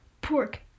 pork